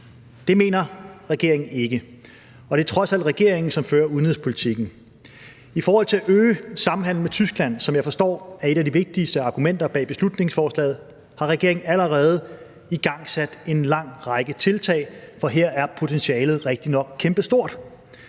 Det mener regeringen ikke, og det er trods alt regeringen, som fører udenrigspolitikken. I forhold til at øge samhandelen med Tyskland, som jeg forstår er et af de vigtigste argumenter bag beslutningsforslaget, har regeringen allerede igangsat en lang række tiltag, for her er potentialet rigtigt nok kæmpestort,